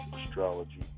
astrology